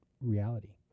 reality